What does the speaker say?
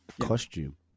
costume